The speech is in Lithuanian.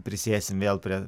prisėsim vėl prie